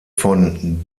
von